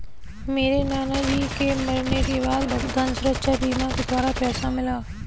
मेरे नाना जी के मरने के बाद भुगतान सुरक्षा बीमा के द्वारा पैसा मिला